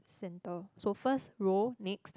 centre so first row makes